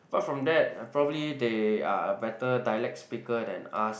apart from that probably they are a better dialect speaker than us